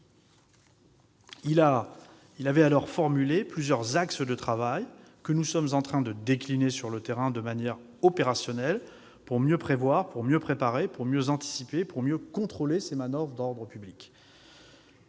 Il avait alors présenté plusieurs axes de travail, que nous sommes en train de décliner sur le terrain de manière opérationnelle, pour mieux prévoir, mieux préparer, mieux anticiper et mieux contrôler ces manoeuvres d'ordre public-